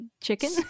chicken